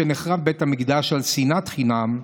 שנחרב בית המקדש על שנאת חינם,